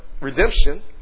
redemption